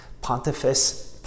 Pontifex